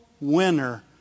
winner